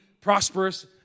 prosperous